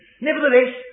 Nevertheless